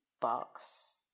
box